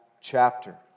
chapter